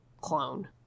clone